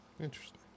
Interesting